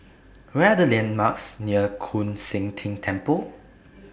What Are The landmarks near Koon Seng Ting Temple